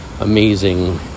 amazing